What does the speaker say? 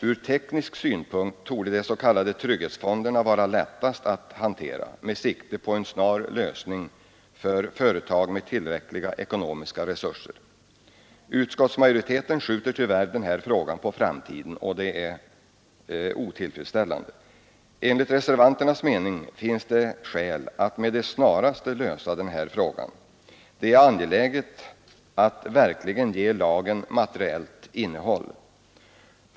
Från teknisk synpunkt borde de s.k. trygghetsfonderna vara lättast att hantera med sikte på en snar lösning för företag med tillräckliga ekonomiska resurser. Utskottsmajoriteten skjuter tyvärr denna fråga på framtiden — det är otillfredsställande. Enligt reservanternas mening finns det skäl att med det snaraste lösa frågan. Det är angeläget att verkligen ge lagen materiellt innehåll.